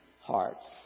hearts